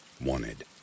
wanted